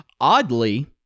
Oddly